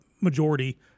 majority